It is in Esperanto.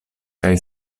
kaj